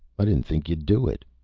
i didn't think you'd do it.